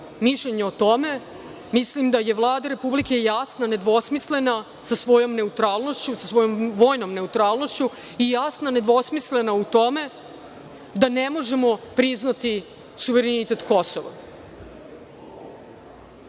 mišljenje o tome. Mislim da je Vlada Republike jasna, nedvosmislena sa svojom neutralnošću, sa svojom vojnom neutralnošću i jasna, nedvosmislena u tome da ne možemo priznati suverenitet Kosova. Na